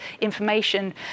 information